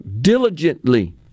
diligently